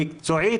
מקצועית,